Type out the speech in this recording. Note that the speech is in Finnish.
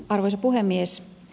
arvoisa puhemies